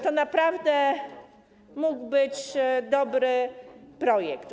To naprawdę mógł być dobry projekt.